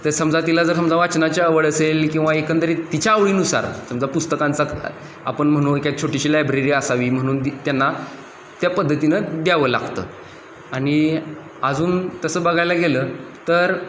तर समजा तिला जर समजा वाचनाची आवड असेल किंवा एकंदरीत तिच्या आवडीनुसार समजा पुस्तकांचा आपण म्हणू एक छोटीशी लायब्ररी असावी म्हणून त्यांना त्या पद्धतीनं द्यावं लागतं आणि अजून तसं बघायला गेलं तर